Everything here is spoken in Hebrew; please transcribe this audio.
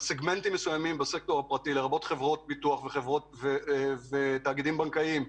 על סגמנטים מסוימים בסקטור הפרטי לרבות חברות ביטוח ותאגידים בנקאיים,